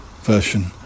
version